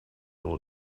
able